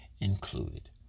included